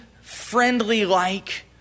friendly-like